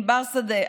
ענבר שדה,